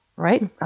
right?